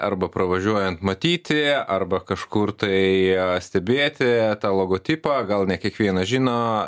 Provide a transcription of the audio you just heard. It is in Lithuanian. arba pravažiuojant matyti arba kažkur tai stebėti tą logotipą gal ne kiekvienas žino